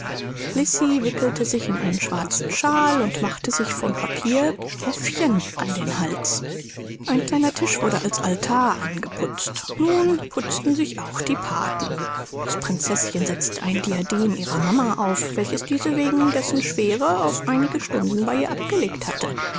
wickelte sich in einen schwarzen shawl und machte sich von papier päffchen an den hals ein kleiner tisch wurde als altar angeputzt nun putzten sich auch die pathen das prinzeßchen setzte ein diadem ihrer mama auf welches diese wegen dessen schwere auf einige stunden bei ihr abgelegt hatte